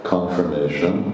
Confirmation